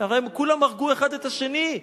הרי הם כולם הרגו האחד את השני.